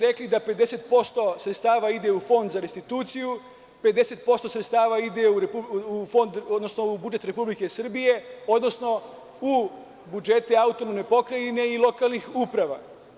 Rekli ste da 50% sredstava ide u Fond za restituciju, a 50% sredstava ide u budžet Republike Srbije, odnosno u budžete autonomne pokrajine i lokalnih uprava.